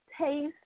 taste